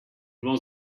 was